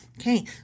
Okay